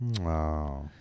wow